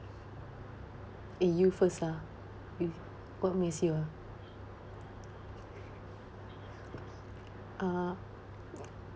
eh you first lah you what amaze you ah uh